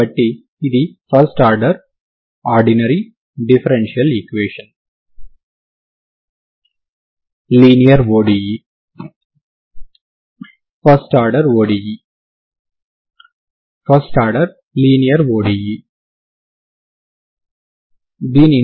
కాబట్టి ప్రతి సందర్భంలోనూ డి' ఆలెంబెర్ట్ పరిష్కారం నుంచి ఈ తరంగ సమీకరణం యొక్క పరిష్కారాన్ని ఎలా పొందాలో మనం చూశాము